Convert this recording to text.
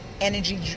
energy